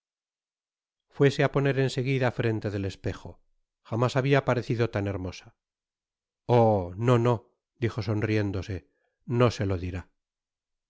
fuese á poner en seguida frente del espejo jamás habia parecido tan hermosa content from google book search generated at oh i no no dijo sonriéndose no se lo dirá